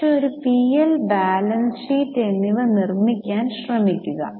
പക്ഷേ ഒരു P L balance sheet എന്നിവ നിർമ്മിക്കാൻ ശ്രമിക്കുക